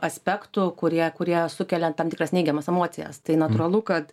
aspektų kurie kurie sukelia tam tikras neigiamas emocijas tai natūralu kad